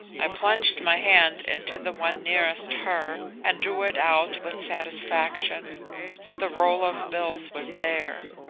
i plunged my hand into the one nearest her and drew it out with satisfaction the roll of bills was there.